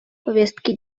повестки